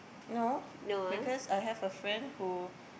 no because I have a friend who